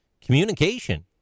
communication